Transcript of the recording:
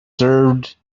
served